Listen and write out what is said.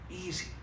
easy